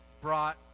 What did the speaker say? brought